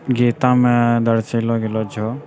गीतामे दर्शायलो गेलो छौ